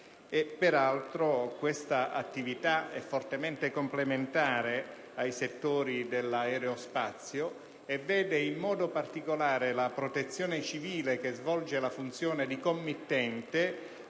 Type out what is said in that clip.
Peraltro, questa attività è fortemente complementare ai settori dell'aerospazio e vede in modo particolare la protezione civile, che svolge la funzione di committente,